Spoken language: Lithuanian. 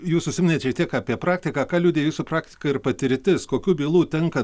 jūs užsiminėt šiek tiek apie praktiką ką liudija jūsų praktika ir patirtis kokių bylų tenka